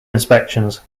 inspections